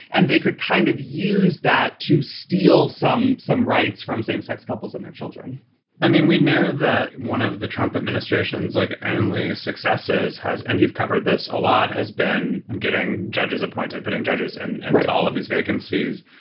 and they could kind of use that to steal some some rights from same sex couples and their children i mean, we know that one of the trump administration's like only successors has. and you've covered this. a lot has been getting judges appointed, putting judges and and all of these vacancies.